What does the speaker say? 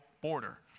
border